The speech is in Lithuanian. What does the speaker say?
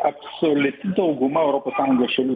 absoliuti dauguma europos sąjungos šalių